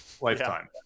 lifetime